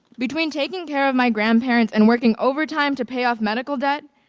between taking care of my grandparents and working overtime to pay off medical debt